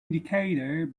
indicator